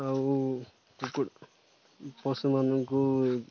ଆଉ ପଶୁମାନଙ୍କୁ